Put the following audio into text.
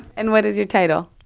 and what is your title?